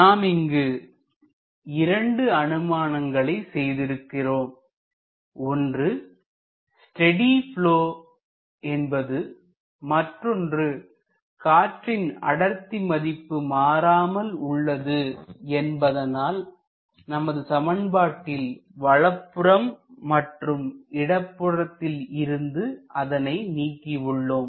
நாம் இங்கு 2 அனுமானங்களை செய்திருக்கிறோம் ஒன்று ஸ்டெடி ப்லொ என்பது மற்றொன்று காற்றின் அடர்த்தி மதிப்பு மாறாமல் உள்ளது என்பதனால்தான் நமது சமன்பாட்டில் வலப்புறம் மற்றும் இடப்புறத்தில் இருந்து அதனை நீக்கி உள்ளோம்